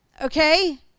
Okay